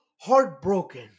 heartbroken